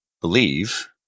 believe